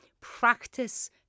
practice